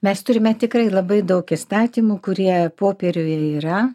mes turime tikrai labai daug įstatymų kurie popieriuje yra